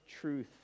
truth